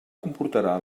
comportarà